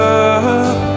up